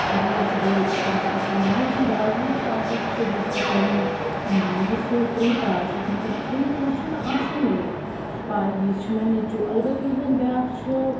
راجویٖر چھُ تٔمِس آسان ناو یُس زَن راجویٖر چھُ آسان سُہ چھُ گَژھان پنٛنہِ ماجہِ سۭتۍ پریٖتاہَس سۭتۍ مگر پریٖتا چھُنہٕ آسٲنی پاے یہِ چھُ مےٚ نیٚچوٗ البتہٕ یُس زَن بیٛاکھ چھُ